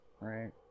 right